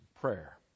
prayer